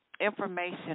information